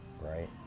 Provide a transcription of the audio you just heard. right